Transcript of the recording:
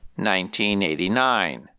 1989